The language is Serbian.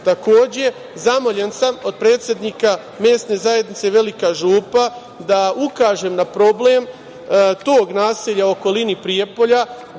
zamoljen sam od predsednika mesne zajednice Velika Župa da ukažem na problem tog naselja u okolini Prijepolja